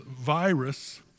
virus